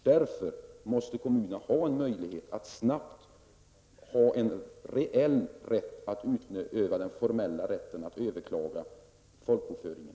Därför måste kommunerna snabbt få möjlighet att utöva den formella rätten att överklaga folkbokföringen.